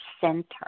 center